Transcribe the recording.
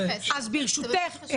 אז ברשותך,